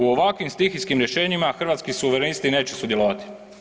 U ovakvim stihijskim rješenjima Hrvatski suverenisti neće sudjelovati.